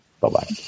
Bye-bye